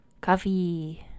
Coffee